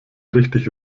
richtig